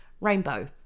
Rainbow